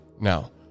now